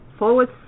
forward